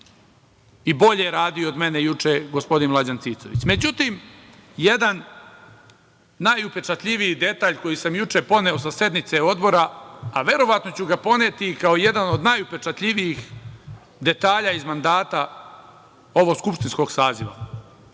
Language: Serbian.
i bolje radio od mene juče gospodin Mlađan Cicović.Međutim, jedan najupečatljiviji detalj koji sam juče poneo sa sednice odbora, a verovatno ću ga poneti kao jedan od najupečatljivijih detalja iz mandata ovog skupštinskog Saziva,